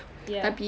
ya